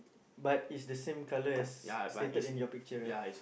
but is the same colour as stated in your picture right